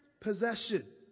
possession